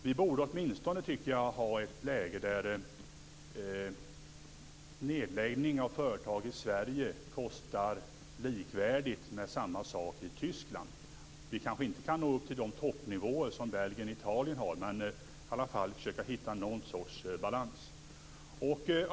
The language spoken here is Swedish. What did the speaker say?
Vi borde åtminstone ha ett läge där kostnaden för nedläggning av företag i Sverige är likvärdig med samma sak i Tyskland. Vi kanske inte kan nå upp till de toppnivåer som Belgien och Italien har, men vi borde i alla fall försöka hitta någon sorts balans.